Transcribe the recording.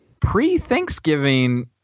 pre-Thanksgiving